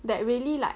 that really like